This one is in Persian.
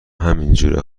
همینجوره